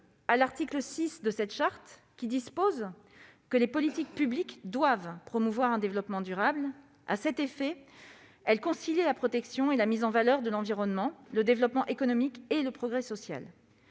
à l'article 6 de la Charte, qui dispose que « les politiques publiques doivent promouvoir un développement durable. À cet effet, elles concilient la protection et la mise en valeur de l'environnement, le développement économique et le progrès social.